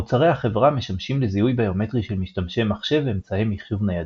מוצרי החברה משמשים לזיהוי ביומטרי של משתמשי מחשב ואמצעי מחשוב ניידים,